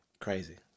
crazy